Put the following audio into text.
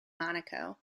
monaco